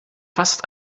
fast